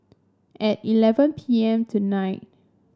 at eleven P M tonight